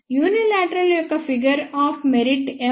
unilateral యొక్క figure of merit M విలువా 0